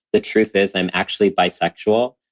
the truth is, i'm actually bisexual.